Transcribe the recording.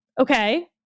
okay